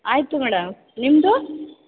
ಆಯಿತು ಮೇಡಮ್ ನಿಮ್ಮದು